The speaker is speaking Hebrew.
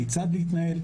כיצד להתנהל,